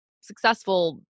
successful